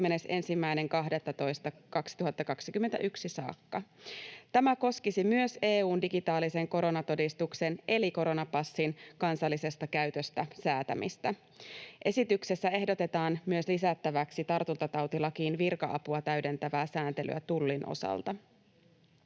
31.12.2021 saakka. Tämä koskisi myös EU:n digitaalisen koronatodistuksen eli koronapassin kansallisesta käytöstä säätämistä. Esityksessä ehdotetaan myös lisättäväksi tartuntatautilakiin virka-apua täydentävää sääntelyä Tullin osalta.